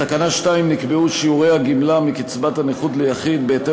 בתקנה 2 נקבעו שיעורי הגמלה מקצבת הנכות ליחיד בהתאם